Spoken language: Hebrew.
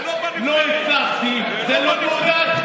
לא הצלחתי זה לא תעודה,